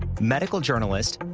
medical journalist,